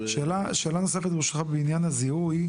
שאלה לגבי הזיהוי,